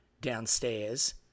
downstairs